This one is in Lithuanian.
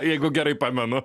jeigu gerai pamenu